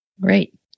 Great